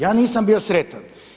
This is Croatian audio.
Ja nisam bio sretan.